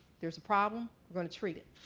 there's a problem, we're going to treat it.